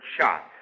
shot